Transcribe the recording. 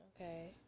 Okay